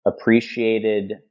appreciated